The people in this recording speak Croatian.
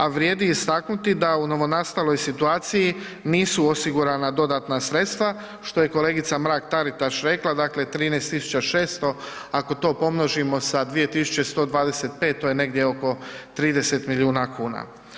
A vrijedi istaknuti da u novonastaloj situaciji nisu osigurana dodatna sredstva, što je kolegica Mrak-Taritaš rekla, dakle 13600 ako to pomnožimo sa 2125, to je negdje oko 30 milijuna kuna.